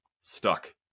stuck